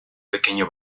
pequeño